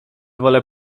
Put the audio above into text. wolę